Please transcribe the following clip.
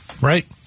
right